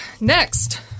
next